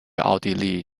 奥地利